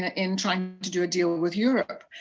ah in trying to do a deal with europe.